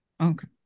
Okay